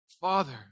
father